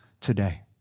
today